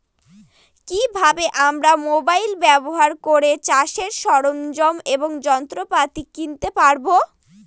কি ভাবে আমরা মোবাইল ব্যাবহার করে চাষের সরঞ্জাম এবং যন্ত্রপাতি কিনতে পারবো?